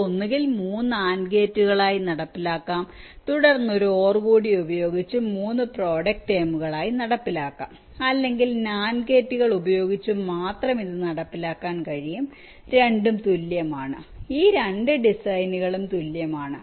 ഇത് ഒന്നുകിൽ 3 AND ഗേറ്റുകളായി നടപ്പിലാക്കാം തുടർന്ന് ഒരു OR കൂടി ഉപയോഗിച്ചു 3 പ്രോഡക്റ്റ് ടേമുകളായി നടപ്പിലാക്കാം അല്ലെങ്കിൽ NAND ഗേറ്റുകൾ ഉപയോഗിച്ച് മാത്രം ഇത് നടപ്പിലാക്കാൻ കഴിയും രണ്ടും തുല്യമാണ് ഈ രണ്ട് ഡിസൈനുകളും തുല്യമാണ്